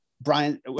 Brian